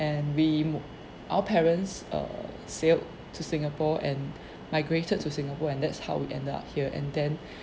and we our parents uh sailed to singapore and migrated to singapore and that's how we ended up here and then